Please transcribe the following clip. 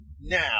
Now